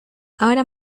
ahora